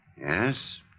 Yes